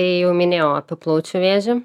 tai jau minėjau apie plaučių vėžį